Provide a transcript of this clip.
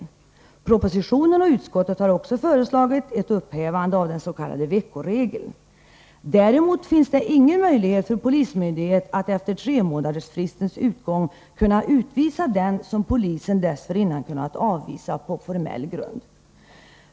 I propositionen och utskottsbetänkandet har också föreslagits ett upphävande av dens.k. veckoregeln. Däremot finns det ingen möjlighet för polismyndighet att efter tremånadersfristens utgång kunna utvisa den som polisen dessförinnan kunnat avvisa på formell grund.